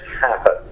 happen